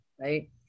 right